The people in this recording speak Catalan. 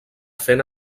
fent